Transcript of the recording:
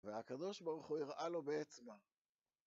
והקדוש ברוך הוא הראה לו באצבע.